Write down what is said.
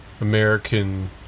American